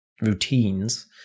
routines